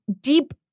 deep